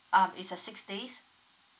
um it's a six days